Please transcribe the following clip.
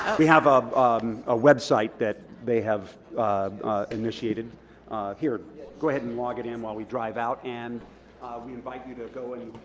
we have um a website that they have initiated here go ahead and log it in while we drive out and we invite you to go in